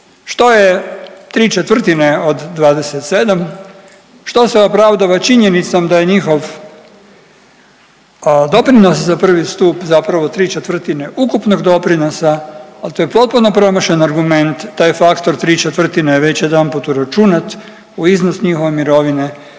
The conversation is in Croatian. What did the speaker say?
što je tri četvrtine od 27 što se opravdava činjenicom da je njihov doprinos za prvi stup zapravo tri četvrtine ukupnog doprinosa al to je potpuno promašen argument, taj faktor ¾ je već jedanput uračunat u iznos njihove mirovine